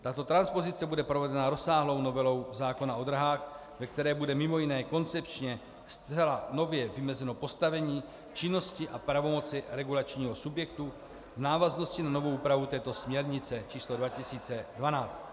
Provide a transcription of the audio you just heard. Tato transpozice bude provedena rozsáhlou novelou zákona o dráhách, ve které budou mimo jiné koncepčně zcela nově vymezeny postavení, činnosti a pravomoci regulačního subjektu v návaznosti na novou úpravu této směrnice číslo 2012.